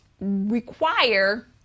require